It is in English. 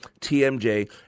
TMJ